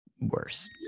worse